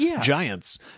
giants